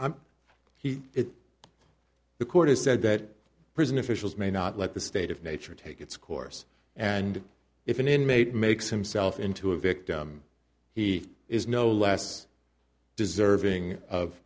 it the court has said that prison officials may not let the state of nature take its course and if an inmate makes himself into a victim he is no less deserving of